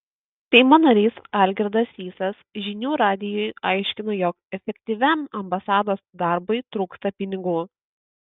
seimo narys algirdas sysas žinių radijui aiškino jog efektyviam ambasados darbui trūksta pinigų